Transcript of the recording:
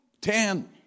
Ten